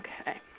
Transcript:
Okay